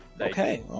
Okay